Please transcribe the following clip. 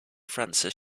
francis